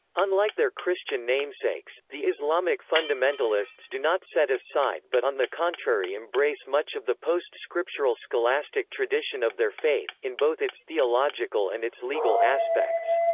unlike their christian namesakes, the islamic fundamentalists do not set aside but on the contrary embrace much of the post-scriptural scholastic tradition of their faith, in both its theological and its legal aspects.